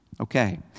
Okay